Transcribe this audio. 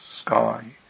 sky